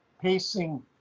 pacing